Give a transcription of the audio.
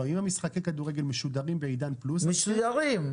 אם משחקי הכדורגל משודרים בעידן פלוס --- משודרים.